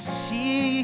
see